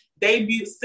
debut